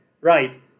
Right